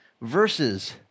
verses